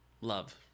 love